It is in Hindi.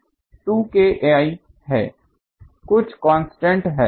यह M 2 KI है कुछ कांस्टेंट है